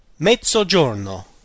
mezzogiorno